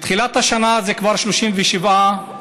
מתחילת השנה יש כבר 37 הרוגים.